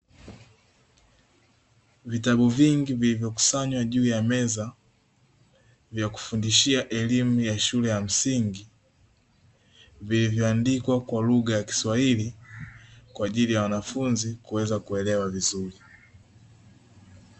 Vitabu vingi vilivyokusanya juu ya meza vya kufundishia elimu ya shule ya msingi, vilivyoandikwa kwa lugha ya kiswahili kwa ajili ya wanafunzi kuweza kuelewa vizuri.